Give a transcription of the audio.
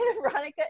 Veronica